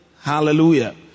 Hallelujah